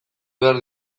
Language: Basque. behar